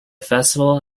festival